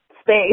space